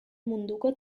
munduko